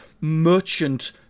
merchant